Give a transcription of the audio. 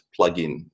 plugin